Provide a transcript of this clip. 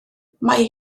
mae